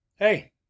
Hey